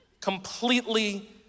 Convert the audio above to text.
Completely